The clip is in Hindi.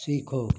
सीखो